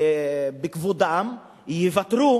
בכבודם, "יוותרו"